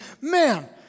man